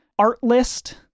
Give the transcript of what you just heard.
Artlist